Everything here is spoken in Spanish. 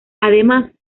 además